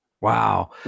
Wow